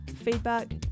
feedback